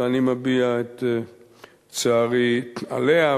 ואני מביע את צערי עליה,